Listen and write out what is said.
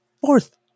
fourth